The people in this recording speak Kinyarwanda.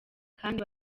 kandi